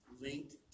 linked